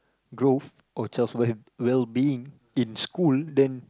growth or child's well well being in school then